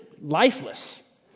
lifeless